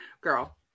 Girl